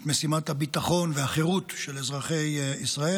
את משימת הביטחון והחירות של אזרחי ישראל,